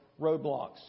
roadblocks